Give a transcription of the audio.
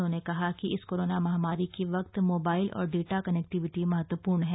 उन्होंने कहा कि इस कोरोना महामारी के वक्त मोबाइल और डेटा कनेक्टिविटी महत्वपूर्ण है